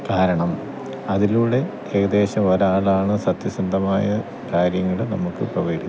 കാരണം അതിലൂടെ ഏകദേശം ഒരാളാണ് സത്യസന്ധമായ കാര്യങ്ങള് നമുക്ക് പ്രൊവൈഡെയും